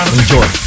Enjoy